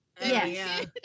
Yes